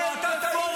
מי החזיר